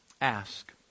ask